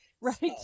right